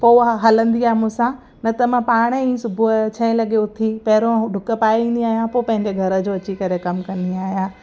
पोइ हूअ हलंदी आहे मूं सां न त मां पाण ई सुबुह जो छह लॻे उथी पहिरों ॾुक पाए ईंदी आहियां पोइ पंहिंजे घर जो अची करे कम कंदी आहियां